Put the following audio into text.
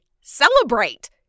Celebrate